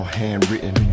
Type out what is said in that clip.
handwritten